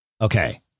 Okay